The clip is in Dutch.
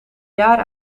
jaar